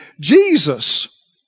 Jesus